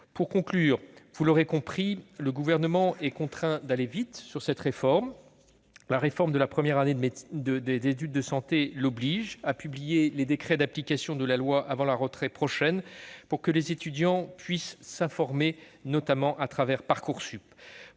Gouvernement, vous l'aurez compris, est contraint d'aller vite. La réforme de la première année des études de santé l'oblige à publier les décrets d'application de la loi avant la rentrée prochaine pour que les étudiants puissent s'informer, notamment à travers Parcoursup.